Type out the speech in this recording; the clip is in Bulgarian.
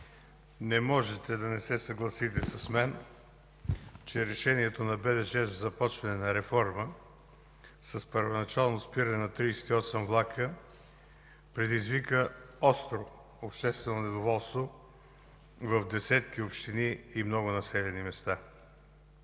не можете да не се съгласите с мен, че решението на „Български държавни железници” за започване на реформа с първоначално спиране на 38 влака предизвика остро обществено недоволство в десетки общини и много населени места.